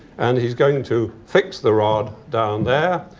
and he's going to fix the rod down there.